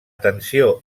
tensió